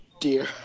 dear